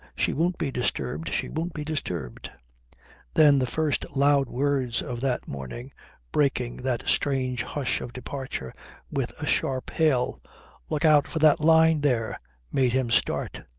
she won't be disturbed. she won't be disturbed then the first loud words of that morning breaking that strange hush of departure with a sharp hail look out for that line there made him start.